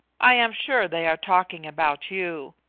i am sure they are talking about you.